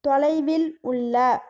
தொலைவில் உள்ள